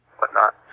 whatnot